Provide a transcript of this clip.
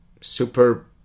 super